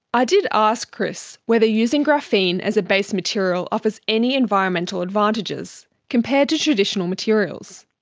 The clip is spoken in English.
i did ask chris whether using graphene as a base material offers any environmental advantages compared to traditional materials.